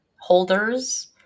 holders